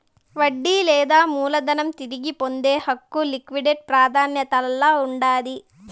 వడ్డీ లేదా మూలధనం తిరిగి పొందే హక్కు లిక్విడేట్ ప్రాదాన్యతల్ల ఉండాది